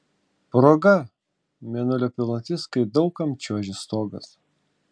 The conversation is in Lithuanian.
proga mėnulio pilnatis kai daug kam čiuožia stogas